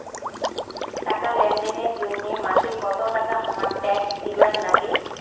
টাকা লেনদেন এর জইন্যে মাসে কত টাকা হামাক ট্যাক্স দিবার নাগে?